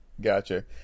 Gotcha